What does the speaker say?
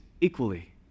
equally